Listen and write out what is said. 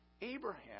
Abraham